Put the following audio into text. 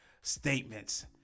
statements